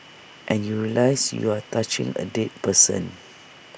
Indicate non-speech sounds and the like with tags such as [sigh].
and you realise you are touching A dead person [noise]